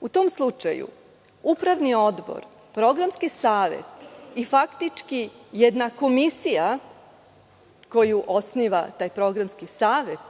U tom slučaju Upravni odbor, Programski savet i faktički jedna komisija koju osniva taj Programski savet